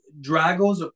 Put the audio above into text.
Dragos